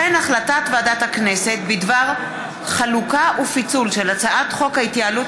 החלטת ועדת הכנסת בדבר חלוקה ופיצול של הצעת חוק ההתייעלות